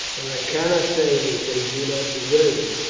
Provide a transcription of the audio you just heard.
and i cannot say that they do not deserve it,